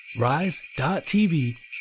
rise.tv